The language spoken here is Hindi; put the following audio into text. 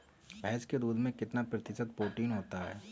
भैंस के दूध में कितना प्रतिशत प्रोटीन होता है?